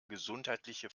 gesundheitliche